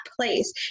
place